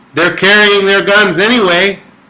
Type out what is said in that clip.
they're carrying their guns anyway,